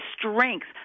strength